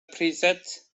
priset